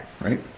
right